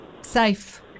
safe